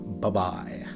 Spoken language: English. Bye-bye